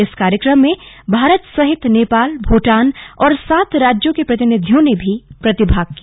इस कार्यक्रम में भारत सहित नेपाल भूटान और सात राज्यो के प्रतिनिधियों ने भी प्रतिभाग किया